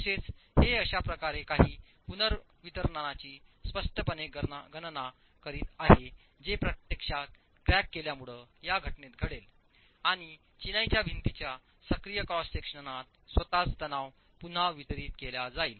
तसेचहे अशा प्रकारे काही पुनर्वितरणाची स्पष्टपणे गणना करीत आहे जे प्रत्यक्षात क्रॅक केल्यामुळे या घटनेत घडेल आणि चिनाईच्या भिंतीच्या सक्रिय क्रॉस सेक्शनात स्वतःच तणाव पुन्हा वितरित केल्या जाईल